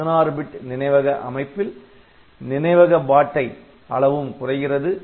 16 bit நினைவக அமைப்பில் நினைவக பாட்டை அளவும் குறைகிறது